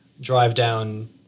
drive-down